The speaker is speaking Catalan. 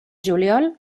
juliol